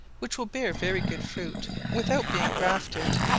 which will bear very good fruit without being grafted